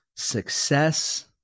success